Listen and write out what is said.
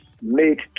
made